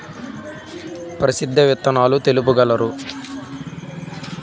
ప్రసిద్ధ విత్తనాలు తెలుపగలరు?